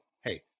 Hey